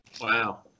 Wow